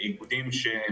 לגבי איגודים אחרים,